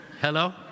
Hello